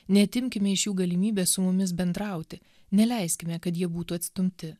neatimkime iš jų galimybės su mumis bendrauti neleiskime kad jie būtų atstumti